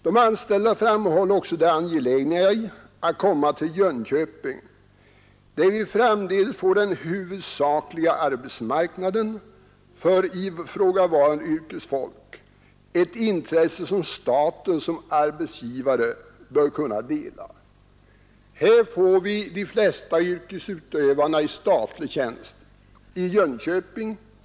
De anställda framhåller också det angelägna i att komma till Jönköping där vi framdeles får den huvudsakliga arbetsmarknaden för ifrågavarande yrkesfolk — ett intresse som staten som arbetsgivare bör kunna dela. I Jönköping får vi de flesta av dessa yrkesutövare i statlig tjänst.